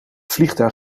vliegtuig